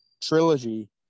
trilogy